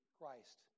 Christ